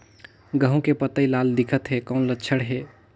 गहूं के पतई लाल दिखत हे कौन लक्षण हे?